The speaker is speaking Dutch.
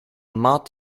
mat